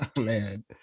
man